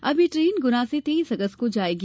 अब यह ट्रेन गुना से तेईस अगस्त को जायेगी